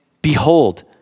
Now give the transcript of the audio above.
Behold